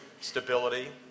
stability